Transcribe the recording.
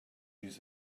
use